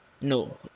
No